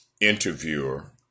interviewer